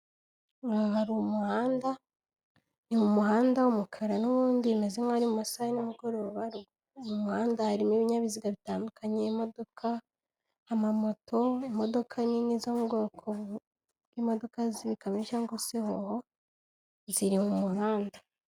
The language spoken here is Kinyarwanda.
Aha hari umuhanda, ni mu muhanda w'umukara n'ubundi bimeze nk'aho ari mu masaha nimugoroba, mu muhanda harimo ibinyabiziga bitandukanye, imodoka, amamoto, imodoka nini zo mu bwoko bw'imodoka z'ibikamyo cyangwa se hoho ziri mu muhanda.